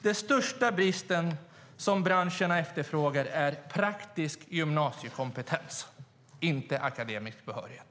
Den största bristen och det som branscherna efterfrågar är praktisk gymnasiekompetens, inte akademisk behörighet.